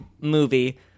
movie